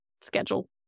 schedule